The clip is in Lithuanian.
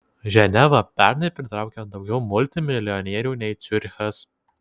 ženeva pernai pritraukė daugiau multimilijonierių nei ciurichas